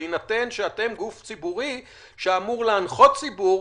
בהינתן שאתם גוף ציבורי שאמור להנחות ציבור,